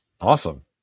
Awesome